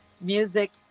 Music